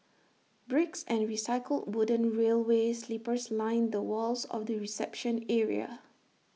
bricks and recycled wooden railway sleepers line the walls of the reception area